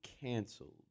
canceled